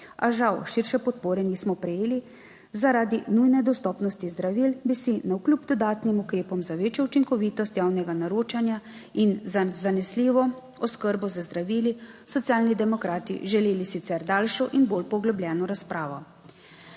a žal širše podpore nismo prejeli. Zaradi nujne dostopnosti zdravil bi si navkljub dodatnim ukrepom za večjo učinkovitost javnega naročanja in za zanesljivo oskrbo z zdravili Socialni demokrati želeli sicer daljšo in bolj poglobljeno razpravo.